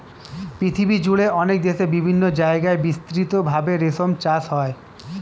পৃথিবীজুড়ে অনেক দেশে বিভিন্ন জায়গায় বিস্তৃত ভাবে রেশম চাষ হয়